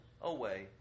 away